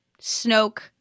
Snoke